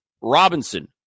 Robinson